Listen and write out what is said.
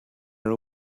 are